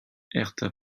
hertha